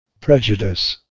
Prejudice